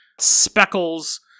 speckles